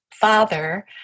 father